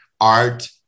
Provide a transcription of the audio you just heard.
art